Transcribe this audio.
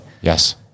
Yes